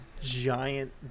giant